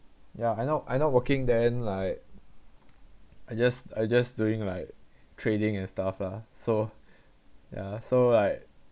ya I not I not working then like I just I just doing like trading and stuff lah so ya so like